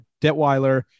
Detweiler